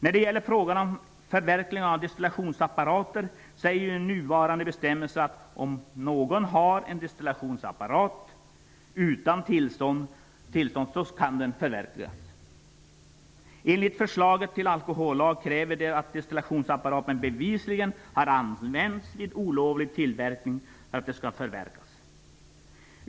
När det gäller frågan om förverkande av destillationsapparater framgår det av nuvarande bestämmelser att om någon har en destillationsapparat utan tillstånd kan den förverkas. I förslaget till alkohollagen krävs det att destillationsapparaten bevisligen har använts vid olovlig tillverkning för att den skall kunna förverkas.